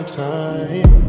time